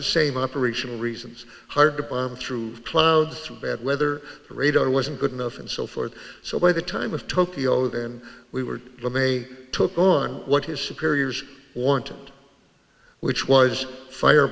the same operational reasons hard to bomb through clouds of bad weather radar wasn't good enough and so forth so by the time of tokyo than we were when they took on what his superiors want which was fire